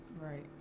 Right